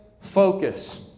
focus